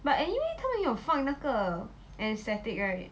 but anyway 他们有方那个 anesthetic right